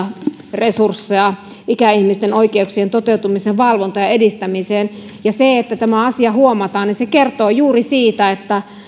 resursseja kohdistetaan ikäihmisten oikeuksien toteutumisen valvontaan ja edistämiseen se että tämä asia huomataan kertoo juuri siitä että